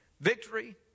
victory